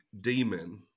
demon